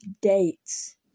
dates